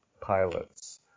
pilots